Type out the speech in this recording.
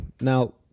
Now